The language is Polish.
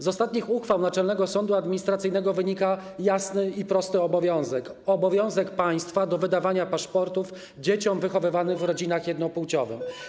Z ostatnich uchwał Naczelnego Sądu Administracyjnego wynika jasny i prosty obowiązek - obowiązek państwa do wydawania paszportów dzieciom wychowywanym w rodzinach jednopłciowych.